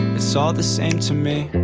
it's all the same to me